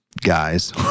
guys